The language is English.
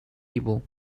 table